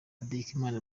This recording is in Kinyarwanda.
hategekimana